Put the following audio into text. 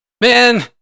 Man